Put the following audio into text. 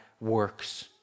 works